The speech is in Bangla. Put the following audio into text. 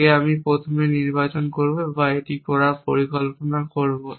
আগে আমি প্রথমে নির্বাচন করব বা এটি করার পরিকল্পনা করব